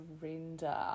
surrender